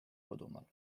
kodumaal